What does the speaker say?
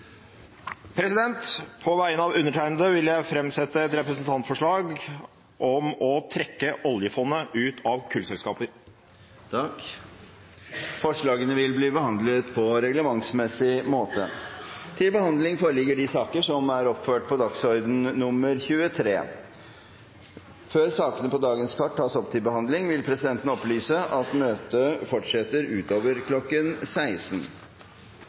gods på sjø. Representanten Rasmus Hansson vil fremsette et representantforslag. På vegne av undertegnede vil jeg framsette et representantforslag om å trekke Statens pensjonsfond utland, oljefondet, ut av kullselskaper. Forslagene vil bli behandlet på reglementsmessig måte. Før sakene på dagens kart tas opp til behandling, vil presidenten opplyse om at møtet fortsetter utover